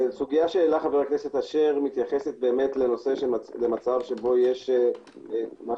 הסוגיה שהעלה חבר הכנסת אשר מתייחסת למצב שבו יש תוכנית